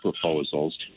proposals